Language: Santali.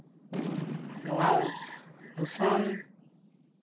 ᱱᱚᱣᱟ ᱫᱩᱥᱚᱱ